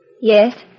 Yes